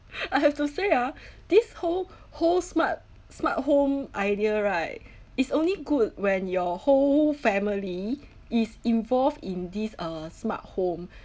I have to say ah this whole whole smart smart home idea right it's only good when your whole family is involved in this uh smart home